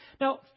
Now